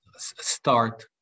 start